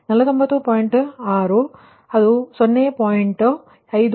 6 0